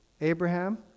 Abraham